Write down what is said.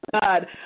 God